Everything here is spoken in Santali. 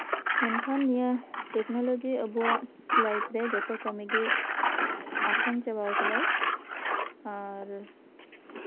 ᱢᱮᱱᱠᱷᱟᱱ ᱱᱤᱭᱟᱹ ᱴᱮᱠᱱᱳᱞᱚᱡᱤ ᱟᱵᱚᱣᱟᱜ ᱞᱟᱭᱤᱯᱷ ᱨᱮ ᱡᱚᱛᱚ ᱠᱟᱹᱢᱤ ᱜᱮ ᱟᱥᱟᱱ ᱪᱟᱵᱟᱣᱟᱠᱟᱫᱟᱭ ᱟᱨ